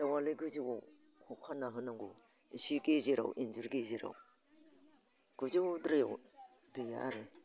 दाउआलाय गोजौआव खाना होनांगौ एसे गेजेराव इनजुर गेजेराव गोजौद्रायाव दैयो आरो